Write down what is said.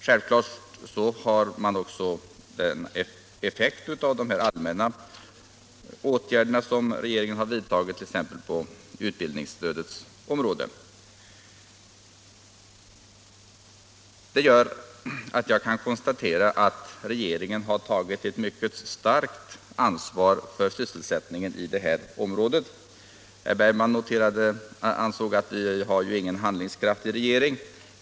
Självklart har man också nått effekt med de allmänna åtgärder som regeringen har vidtagit, t.ex. utbildningsstödet. Detta gör att jag kan konstatera att regeringen har känt ett mycket starkt ansvar för sysselsättningen i detta område. Herr Bergman ansåg att vi inte har en handlingskraftig regering.